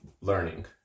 learning